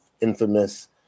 infamous